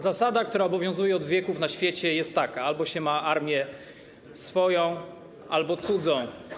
Zasada, która obowiązuje od wieków na świecie jest taka: armię ma się albo swoją, albo cudzą.